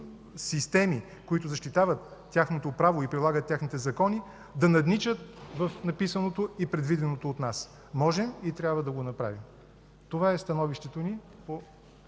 системи, които защитават тяхното право и прилагат техните закони, да надничат в записаното и предвиденото от нас. Можем и трябва да го направим. Това е становището ни по